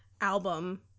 album